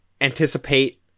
anticipate